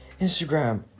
instagram